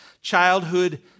Childhood